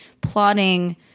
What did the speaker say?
plotting